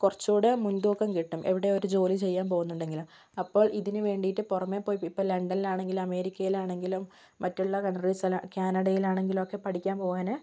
കുറച്ചും കൂടെ മുൻതൂക്കം കിട്ടും എവിടെ ഒരു ജോലി ചെയ്യാൻ പോകുന്നുണ്ടെങ്കിലും അപ്പോൾ ഇതിനു വേണ്ടിയിട്ട് പുറമെ പോയി ഇപ്പം ലണ്ടനിൽ ആണെങ്കിലും അമേരിക്കയിൽ ആണെങ്കിലും മറ്റുള്ള കണ്ട്രീസ് കാനഡയിലാണെങ്കിലും ഒക്കെ പഠിക്കാൻ പോകാന്